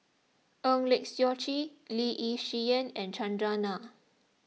Eng Lee Seok Chee Lee Yi Shyan and Chandran Nair